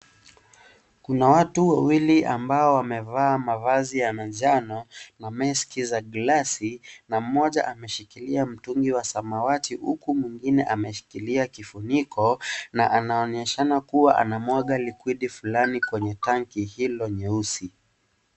Kuna watu wawili ambao wamevaa mavazi ya manjano na meski za glasi na mmoja ameshikilia mtungi wa samawati huku mwingine ameshikilia kifuniko na anaonyeshana kuwa anamwaga liquid fulani kwenye tanki hilo nyeusi.